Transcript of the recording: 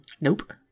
Nope